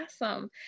awesome